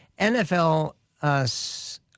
NFL